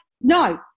no